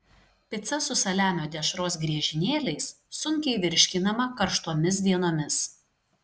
pica su saliamio dešros griežinėliais sunkiai virškinama karštomis dienomis